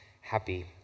happy